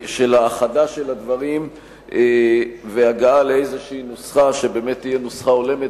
של האחדה של הדברים והגעה לאיזושהי נוסחה שבאמת תהיה נוסחה הולמת